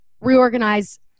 reorganize